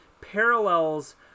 parallels